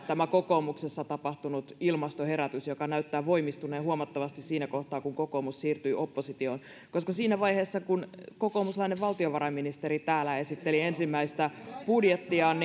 tämä kokoomuksessa tapahtunut ilmastoherätys joka näyttää voimistuneen huomattavasti siinä kohtaa kun kokoomus siirtyi oppositioon siinä vaiheessa kun kokoomuslainen valtiovarainministeri täällä esitteli ensimmäistä budjettiaan